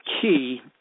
Key